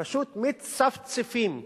פשוט מצפצפים.